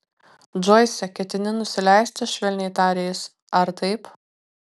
džoise ketini nusileisti švelniai tarė jis ar taip